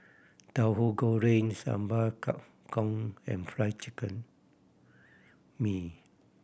Tahu Goreng Sambal Kangkong and Fried Chicken mee